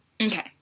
Okay